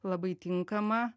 labai tinkama